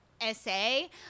essay